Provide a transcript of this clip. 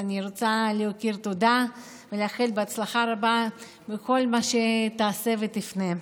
אני רוצה להכיר תודה ולאחל הצלחה רבה בכל מה שתעשה ותפנה.